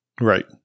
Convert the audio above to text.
right